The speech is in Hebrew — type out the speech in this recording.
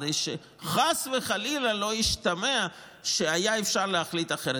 כדי שחס וחלילה לא ישתמע שהיה אפשר להחליט אחרת.